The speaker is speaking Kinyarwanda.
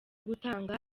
gutanga